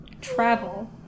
Travel